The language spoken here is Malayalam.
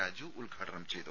രാജു ഉദ്ഘാടനം ചെയ്തു